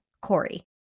Corey